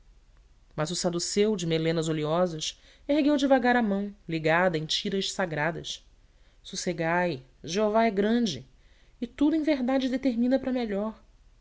mas o saduceu de melenas oleosas ergueu devagar a mão ligada em tiras sagradas sossegai jeová é grande e tudo em verdade determina para melhor